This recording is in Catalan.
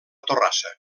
torrassa